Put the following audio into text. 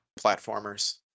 platformers